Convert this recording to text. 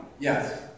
Yes